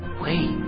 Wait